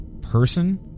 person